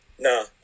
No